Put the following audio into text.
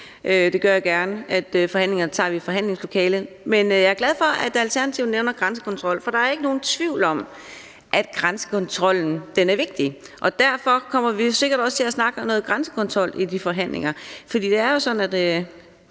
at vi tager forhandlingerne i forhandlingslokalet. Men jeg er glad for, at Alternativet nævner grænsekontrol, for der er ikke nogen tvivl om, at grænsekontrollen er vigtig. Og derfor kommer vi sikkert også til at snakke om noget grænsekontrol i de forhandlinger. For det er jo sådan, at